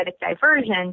diversion